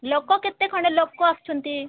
ଲୋକ କେତେ ଖଣ୍ଡେ ଲୋକ ଆସୁଛନ୍ତି